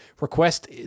Request